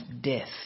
death